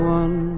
one